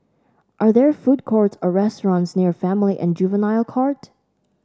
are there food courts or restaurants near Family and Juvenile Court